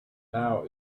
now